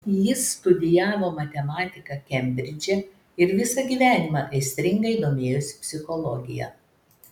jis studijavo matematiką kembridže ir visą gyvenimą aistringai domėjosi psichologija